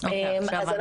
מההשמעות